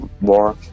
more